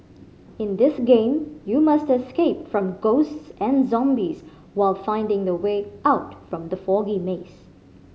in this game you must escape from ghosts and zombies while finding the way out from the foggy maze